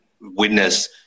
witness